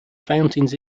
fountains